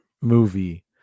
movie